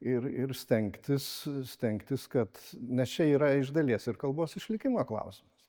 ir ir stengtis stengtis kad nes čia yra iš dalies ir kalbos išlikimo klausimas